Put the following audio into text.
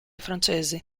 francesi